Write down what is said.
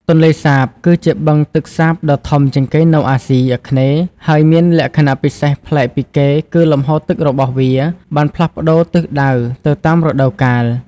ទន្លេសាប គឺជាបឹងទឹកសាបដ៏ធំជាងគេនៅអាស៊ីអាគ្នេយ៍ ហើយមានលក្ខណៈពិសេសប្លែកពីគេគឺលំហូរទឹករបស់វាបានផ្លាស់ប្ដូរទិសដៅទៅតាមរដូវកាល។